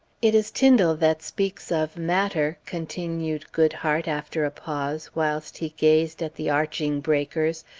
it is tyndall that speaks of matter, continued goodhart, after a pause, whilst he gazed at the arching breakers,